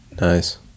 Nice